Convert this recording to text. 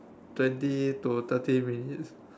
twenty to thirty minutes